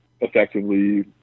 effectively